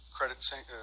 Credit